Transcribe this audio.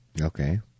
Okay